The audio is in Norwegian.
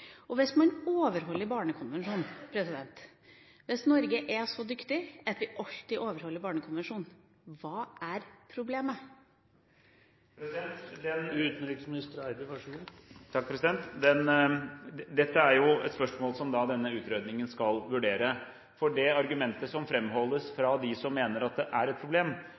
det. Hvis man overholder Barnekonvensjonen – hvis vi i Norge er så dyktige at vi alltid overholder Barnekonvensjonen – hva er problemet? Dette er jo et spørsmål som denne utredningen skal vurdere. Det argumentet som framholdes av dem som mener at det er et problem,